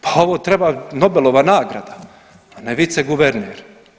Pa ovo treba Nobelova nagrada, a ne viceguverner.